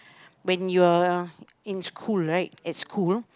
when you're in school right at school